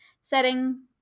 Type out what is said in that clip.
Setting